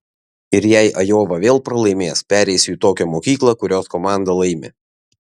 ir jei ajova vėl pralaimės pereisiu į tokią mokyklą kurios komanda laimi